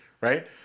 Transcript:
Right